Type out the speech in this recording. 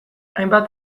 hainbat